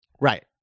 Right